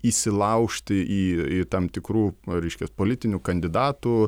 įsilaužti į į tam tikrų reiškias politinių kandidatų